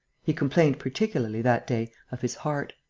he complained particularly, that day, of his heart.